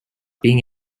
being